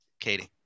Katie